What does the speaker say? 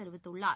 தெரிவித்துள்ளார்